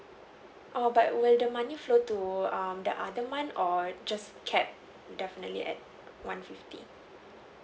oo but will the money flow to um the other month or just capped definitely at one fifty